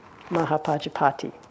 Mahapajapati